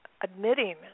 Admitting